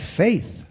faith